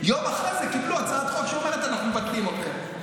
יום אחרי זה קיבלו הצעת חוק שאומרת: אנחנו מבטלים אתכם.